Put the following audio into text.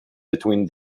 between